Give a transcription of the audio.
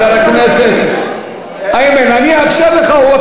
חבר הכנסת, איימן, אני אאפשר לך.